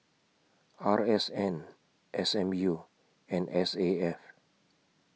R S N S M U and S A F